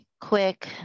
quick